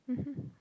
mmhmm